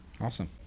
awesome